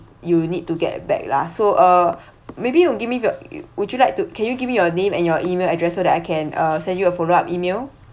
you need to get back lah so uh maybe you give me your would you like to can you give me your name and your email address so that I can uh send you a follow up email